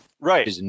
Right